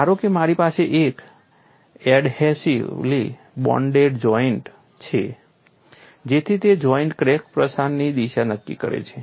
ધારો કે મારી પાસે એક એડહેસિવલી બોન્ડેડ જોઇન્ટ છે જેથી તે જોઇન્ટ ક્રેક પ્રસારની દિશા નક્કી કરે છે